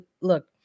look